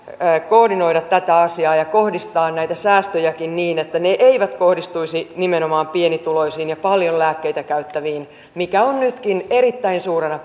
koordinoida tätä asiaa ja kohdistaa näitä säästöjäkin niin että ne eivät kohdistuisi nimenomaan pienituloisiin ja paljon lääkkeitä käyttäviin mikä on nytkin erittäin suurena